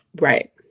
Right